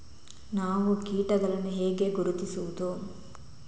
ನಾವು ಕೀಟಗಳನ್ನು ಹೇಗೆ ಗುರುತಿಸುವುದು?